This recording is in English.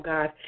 God